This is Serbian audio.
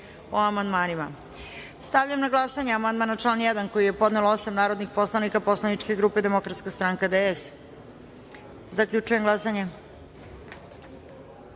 o amandmanima. Stavljam na glasanje amandman na član 1. koji je podnelo osam narodnih poslanika Poslaničke grupe Demokratska stranka – DS.Zaključujem glasanje: